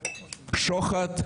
שוחד,